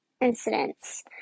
incidents